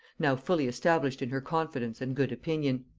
now fully established in her confidence and good opinion.